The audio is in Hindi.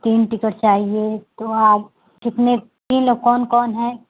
तीन टिकट चाहिए तो आप कितने तीन लोग कौन कौन हैं